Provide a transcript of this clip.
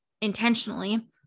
intentionally